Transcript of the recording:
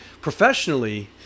Professionally